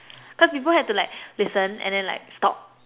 cause people had to like listen and then like stop